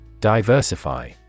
Diversify